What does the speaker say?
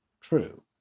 true